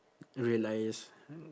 realise